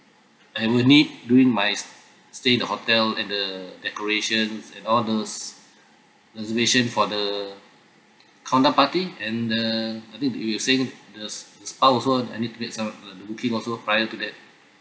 I will need during my st~ stay in the hotel and the decorations and all those reservation for the countdown party and the I think you were saying the the spa also I need to make some of the booking also prior to that